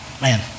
man